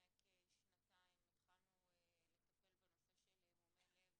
לפני כשנתיים התחלנו לטפל בנושא של מומי לב